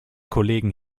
kollegen